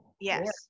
Yes